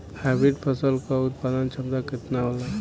Hybrid फसल क उत्पादन क्षमता केतना होला?